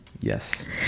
Yes